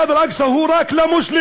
מסגד אל-אקצא הוא רק למוסלמים,